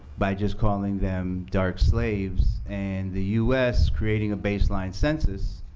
by just calling them dark slaves. and the us creating a baseline census,